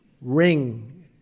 ring